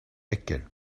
räcker